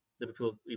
Liverpool